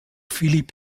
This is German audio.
philipp